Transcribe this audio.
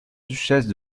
duchesse